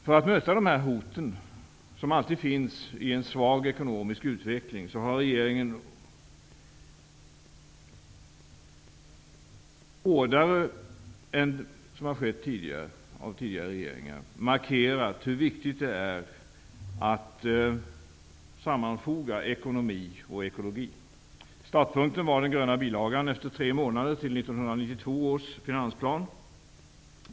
För att möta de hot som alltid finns i en svag ekonomisk utveckling har regeringen hårdare än tidigare regeringar markerat hur viktigt det är att sammanfoga ekonomi och ekologi. Startpunkten kom efter tre månader med den gröna bilagan till 1992 års finansplan.